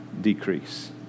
decrease